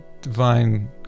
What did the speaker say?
divine